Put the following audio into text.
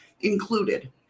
included